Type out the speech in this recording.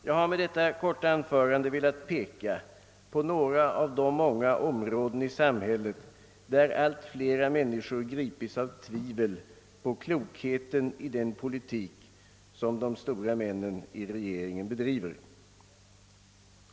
Jag har med detta korta anförande velat peka på några av de många områden i samhället, beträffande vilka allt flera människor gripits av tvivel på klokheten i den politik, som de stora männen i regeringen bedriver.